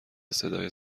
صدای